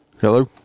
Hello